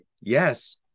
yes